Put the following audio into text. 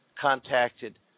contacted